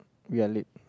we are late